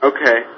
Okay